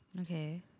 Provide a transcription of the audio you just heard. Okay